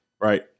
Right